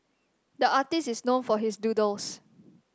the artist is known for his doodles